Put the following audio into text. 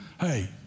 Hey